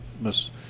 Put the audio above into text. Miss